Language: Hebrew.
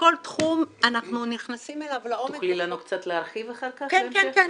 כל תחום אנחנו נכנסים אליו לעומק --- תוכלי להרחיב אחר כך בהמשך?